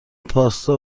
پاستا